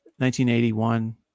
1981